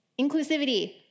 inclusivity